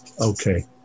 Okay